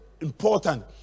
important